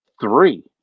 three